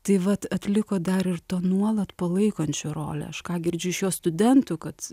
taip vat atliko dar ir to nuolat palaikančio rolę aš ką girdžiu iš jo studentų kad